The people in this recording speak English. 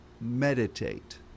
meditate